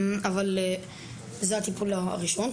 זה הטיפול הראשון,